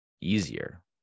easier